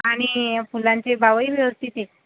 आणि फुलांचे भावही व्ययस्थित हे